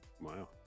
Wow